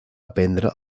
aprendre